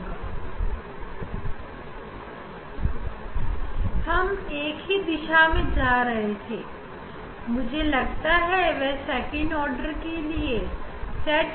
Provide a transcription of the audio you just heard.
हम एक बार फिर से सेकंड ऑर्डर के लिए प्रयास करते हैं जिसके लिए हमें इसी दिशा में आगे बढ़ना होगा और हम इसे सेकंड ऑर्डर के लिए सेट करेंगे